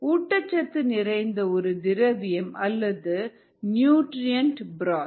ஊட்டச்சத்து நிறைந்த ஒரு திரவியம் அல்லது நியூட்ரியன்ட் பிராத்